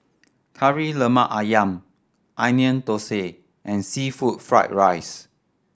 Kari Lemak Ayam Onion Thosai and seafood fried rice